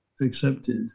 accepted